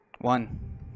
One